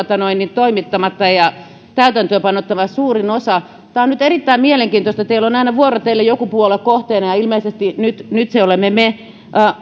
toimittamatta ja täytäntöön panematta suurin osa on erittäin mielenkiintoista että teillä on aina vuorotellen joku puolue kohteena ja ilmeisesti nyt nyt se olemme me